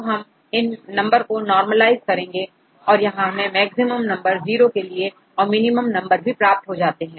अब हम इन नंबर को नार्मल आइस करेंगे यहां हमें मैक्सिमम नंबर जीरो के लिए और मिनिमम नंबर भी प्राप्त हो जाते हैं